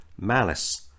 malice